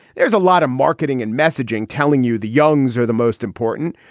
there is a lot of marketing and messaging telling you the youngs are the most important.